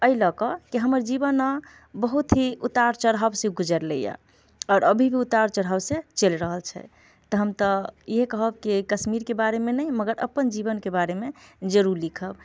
एहि लऽ कऽ कि हमर जीवन बहुत ही उतार चढ़ाव से गुजरलै हँ आओर अभी भी उतार चढ़ाव से चलि रहल छै तऽ हम तऽ इहे कहब की कश्मीरके बारेमे नहि मगर आपन जीवनके बारेमे जरूर लिखब